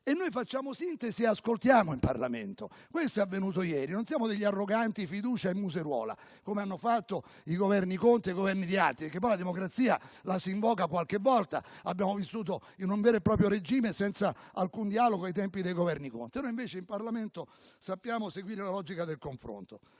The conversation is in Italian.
Noi facciamo sintesi e ascoltiamo il Parlamento: questo è avvenuto ieri. Non siamo degli arroganti, fiducia e museruola, come hanno fatto i Governi Conte e i Governi di altri, perché poi la democrazia la si invoca qualche volta. Abbiamo vissuto in un vero e proprio regime, senza alcun dialogo, ai tempi dei Governi Conte. Noi invece in Parlamento sappiamo seguire la logica del confronto.